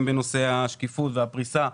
אם בנושא השקיפות והפריסה,